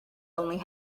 only